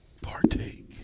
partake